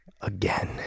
again